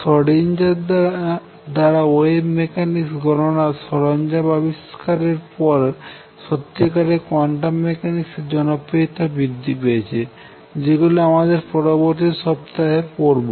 Schrödinger দ্বারা wave mechanics গননার সরঞ্জাম আবিষ্কারের পর সত্যিকারে কোয়ান্টাম মেকানিক্সের জনপ্রিয়তা বৃদ্ধি পেয়েছে যেগুলি আমার পরবর্তী সপ্তাহে পড়বো